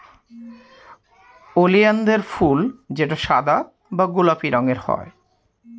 ওলিয়ানদের ফুল যেটা সাদা বা গোলাপি রঙের হয়